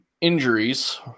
injuries